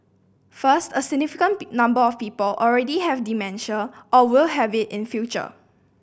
first a significant number of people already have dementia or will have it in future